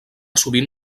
sovint